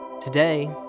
Today